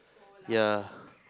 ya